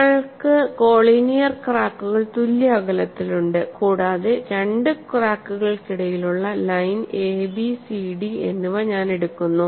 നിങ്ങൾക്ക് കോളിനിയർ ക്രാക്കുകൾ തുല്യ അകലത്തിലുണ്ട് കൂടാതെ രണ്ട് ക്രാക്കുകൾക്കിടയിലുള്ള ലൈൻ എബി സിഡി എന്നിവ ഞാൻ എടുക്കുന്നു